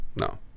no